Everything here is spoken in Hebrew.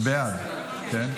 בעד, כן?